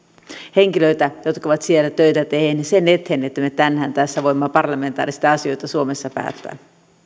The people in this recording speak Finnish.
henkilöitä jotka ovat siellä töitä tehneet sen eteen että me tänään tässä voimme parlamentaarisesti asioita suomessa päättää